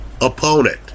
opponent